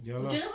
ya lah